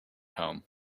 home